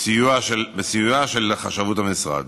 בסיועה של חשבות המשרד.